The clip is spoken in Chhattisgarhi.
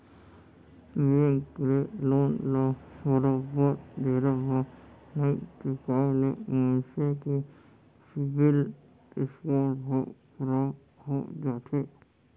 बेंक के लोन ल बरोबर बेरा म नइ चुकाय ले मनसे के सिविल स्कोर ह खराब हो जाथे